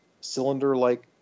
cylinder-like